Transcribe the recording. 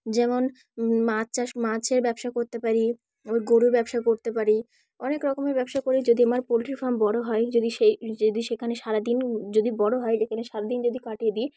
যেমন মাছ চাষ মাছের ব্যবসা করতে পারি ও গরুর ব্যবসা করতে পারি অনেক রকমের ব্যবসা করে যদি আমার পোলট্রি ফার্ম বড় হয় যদি সেই যদি সেখানে সারাদিন যদি বড় হয় এখানে সারাদিন যদি কাটিয়ে দিই